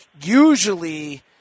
usually –